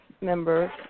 members